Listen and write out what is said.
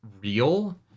real